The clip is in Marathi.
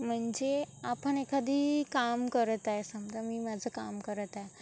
म्हणजे आपण एखादी काम करत आहे समजा मी माझं काम करत आहे